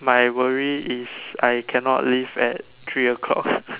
my worry is I cannot leave at three o-clock